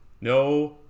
no